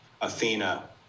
Athena